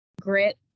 grit